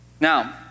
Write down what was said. Now